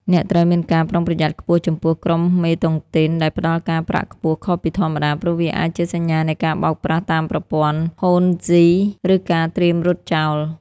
អ្នកត្រូវមានការប្រុងប្រយ័ត្នខ្ពស់ចំពោះក្រុមតុងទីនដែលផ្ដល់ការប្រាក់ខ្ពស់ខុសពីធម្មតា ព្រោះវាអាចជាសញ្ញានៃការបោកប្រាស់តាមប្រព័ន្ធ "Ponzi" ឬការត្រៀមរត់ចោល។